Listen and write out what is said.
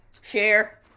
Share